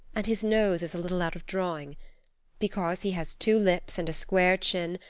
and his nose is a little out of drawing because he has two lips and a square chin,